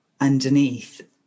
Underneath